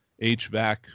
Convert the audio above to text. HVAC